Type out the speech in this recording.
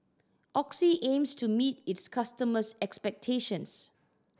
Oxy aims to meet its customers' expectations